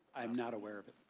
i am not aware of it.